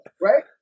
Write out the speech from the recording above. Right